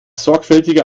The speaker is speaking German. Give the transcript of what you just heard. sorgfältiger